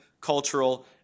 cultural